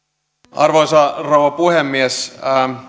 arvoisa rouva puhemies